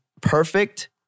perfect